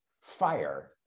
fire